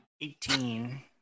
Eighteen